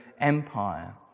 Empire